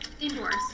Indoors